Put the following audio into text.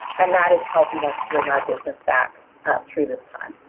and that is helping us bring our business back ah through this time.